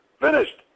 Finished